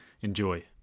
Enjoy